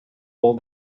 hold